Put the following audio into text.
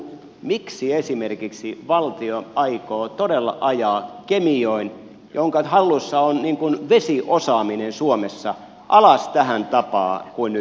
miksi esimerkiksi valtio aikoo todella ajaa kemijoen jonka hallussa on vesiosaaminen suomessa alas tähän tapaan kuin nyt